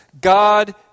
God